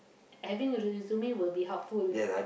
having a resume will be helpful